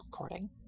recording